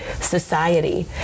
society